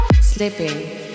Slipping